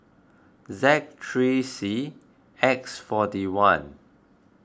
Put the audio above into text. Z three C X forty one